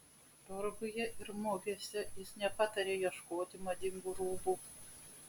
turguje ir mugėse jis nepataria ieškoti madingų rūbų